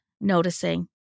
noticing